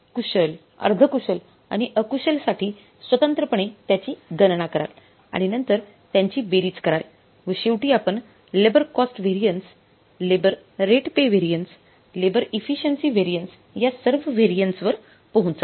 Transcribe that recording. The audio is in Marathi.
तर आपण कुशल अर्धकुशल आणि अकुशलसाठी स्वतंत्रपणे त्याची गणना कराल आणि नंतर त्यांची बेरीज कराल व शेवटी आपण labour cost variance labour rate pay variance labour efficiency variance या सर्व व्हॅरियन्स वर पोहचाल